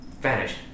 vanished